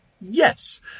Yes